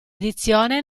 edizione